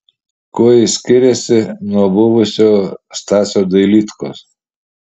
kuo jis skiriasi nuo buvusio stasio dailydkos